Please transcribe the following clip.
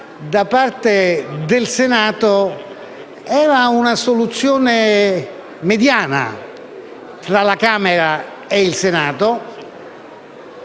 da parte del Senato era una soluzione mediana tra la Camera e il Senato